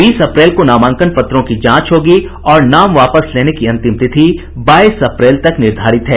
बीस अप्रैल को नामांकन पत्रों की जांच होगी और नाम वापस लेने की अंतिम तिथि बाईस अप्रैल तक निर्धारित है